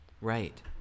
Right